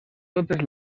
totes